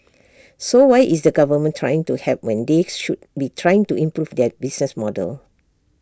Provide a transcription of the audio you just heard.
so why is the government trying to help when they should be trying to improve their business model